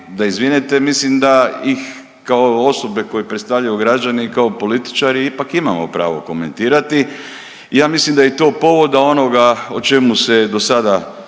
mislim da ih kao osobe koje predstavljaju građani kao političari ipak imamo pravo komentirati. Ja mislim da je to povod do onoga o čemu se je do sada